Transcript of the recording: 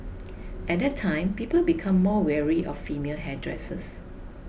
at that time people became more wary of female hairdressers